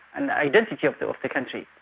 and the identity of the like the country.